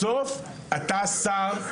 בסוף אתה שר,